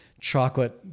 chocolate